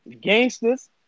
Gangsters